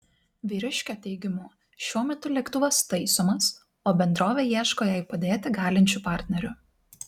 vyriškio teigimu šiuo metu lėktuvas taisomas o bendrovė ieško jai padėti galinčių partnerių